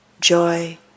joy